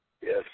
Yes